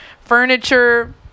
Furniture